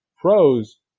Pros